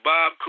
Bob